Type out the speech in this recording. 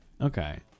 Okay